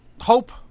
hope